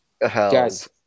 Guys